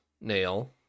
Nail